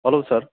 hello sir